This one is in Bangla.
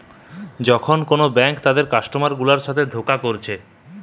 যখন কোন ব্যাঙ্ক তাদের কাস্টমার গুলার সাথে ধোকা করতিছে